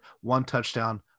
one-touchdown